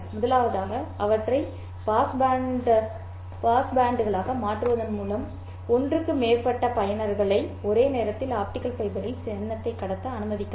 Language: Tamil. முதலாவதாக அவற்றை பாஸ் பேண்ட்களாக மாற்றுவதன் மூலம் ஒன்றுக்கு மேற்பட்ட பயனர்களை ஒரே நேரத்தில் ஆப்டிகல் ஃபைபரில் சின்னத்தை கடத்த அனுமதிக்கலாம்